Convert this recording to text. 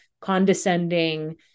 condescending